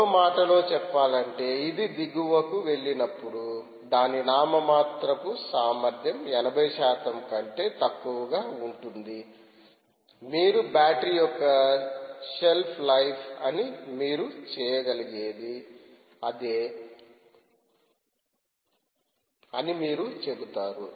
మరో మాటలో చెప్పాలంటే ఇది దిగువకు వెళ్ళినప్పుడు దాని నామమాత్రపు సామర్థ్యంలో 80 శాతం కంటే తక్కువగా ఉంటుంది మీరు బ్యాటరీ యొక్క షెల్ఫ్ లైఫ్ అని మీరు చేయగలిగేది అదే అని మీరు చెబుతారు